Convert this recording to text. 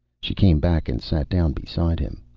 she came back and sat down beside him.